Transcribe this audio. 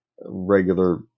regular